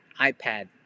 iPad